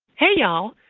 hey y'all.